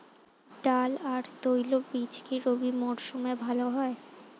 ডাল আর তৈলবীজ কি রবি মরশুমে ভালো হয়?